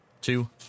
two